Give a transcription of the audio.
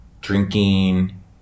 drinking